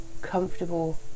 comfortable